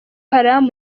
haram